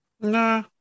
Nah